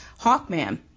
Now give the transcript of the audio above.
Hawkman